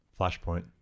Flashpoint